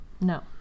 No